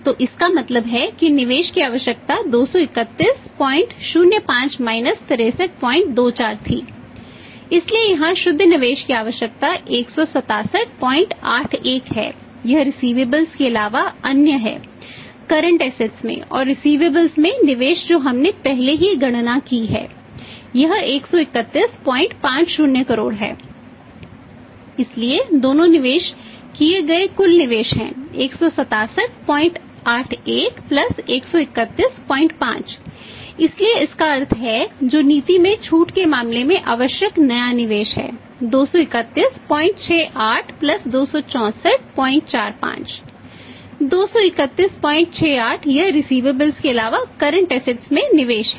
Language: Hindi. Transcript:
तो इसका मतलब है कि निवेश की आवश्यकता 23105 माइनस में निवेश है